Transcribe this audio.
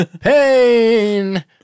pain